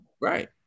Right